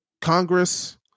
Congress